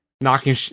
Knocking